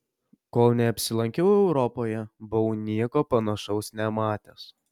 kol neapsilankiau europoje buvau nieko panašaus nematęs